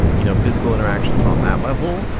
you know, physical interactions on that level.